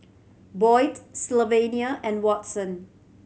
Boyd Sylvania and Watson